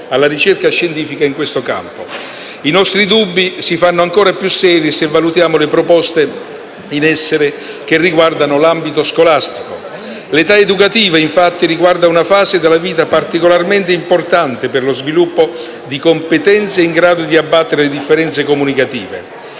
alla ricerca scientifica in questo campo. I nostri dubbi si fanno ancor più seri se valutiamo le proposte in essere che riguardano l'ambito scolastico. L'età educativa, infatti, riguarda una fase della vita particolarmente importante per lo sviluppo di competenze in grado di abbattere le differenze comunicative.